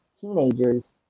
teenagers